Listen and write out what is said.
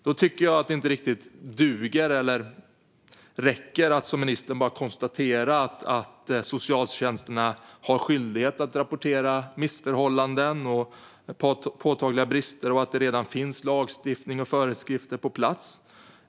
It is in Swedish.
Jag tycker inte att det räcker att, som ministern gör, bara konstatera att socialtjänsterna har skyldighet att rapportera missförhållanden och påtagliga brister och att det redan finns lagstiftning och föreskrifter på plats.